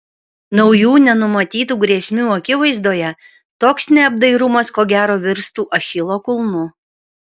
naujų nenumatytų grėsmių akivaizdoje toks neapdairumas ko gero virstų achilo kulnu